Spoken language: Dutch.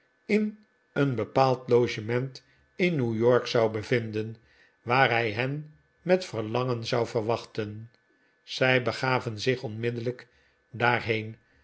in een bepaald logement in new-york zou bevinden waar hij hen met verlangen zou verwachten zij begaven zich onmiddellijk daarheen